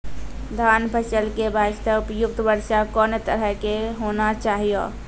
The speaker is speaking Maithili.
धान फसल के बास्ते उपयुक्त वर्षा कोन तरह के होना चाहियो?